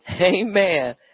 Amen